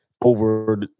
over